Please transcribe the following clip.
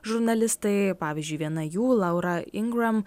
žurnalistai pavyzdžiui viena jų laura ingram